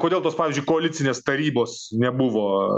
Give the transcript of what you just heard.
kodėl tos pavyzdžiui koalicinės tarybos nebuvo